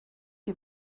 die